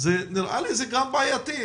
נראה לי שזה בעייתי,